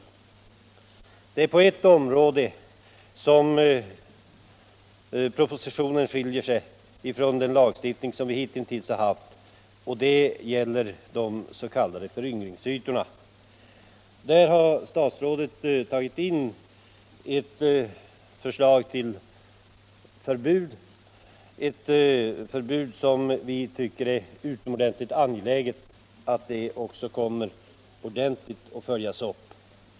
I ett avseende skiljer sig propositionen från den lagstiftning som hittills gällt, nämligen beträffande de s.k. föryngringsytorna. Där har statsrådet tagit in ett förslag till förbud och vi tycker att det är utomordentligt angeläget att det också kommer att ordentligt följas upp.